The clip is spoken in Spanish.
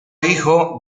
hijo